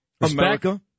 America